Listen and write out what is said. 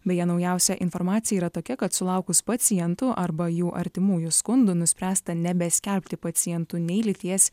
beje naujausia informacija yra tokia kad sulaukus pacientų arba jų artimųjų skundų nuspręsta nebeskelbti pacientų nei lyties